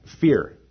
fear